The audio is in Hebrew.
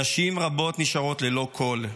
נשים רבות נשארות ללא קול,